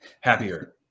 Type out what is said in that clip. happier